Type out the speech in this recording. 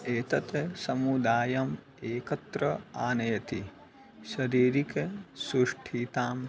एतत् समुदायम् एकत्र आनयति शारीरिकसुष्ठुताम्